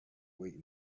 way